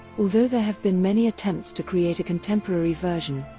although there have been many attempts to create a contemporary version,